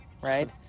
right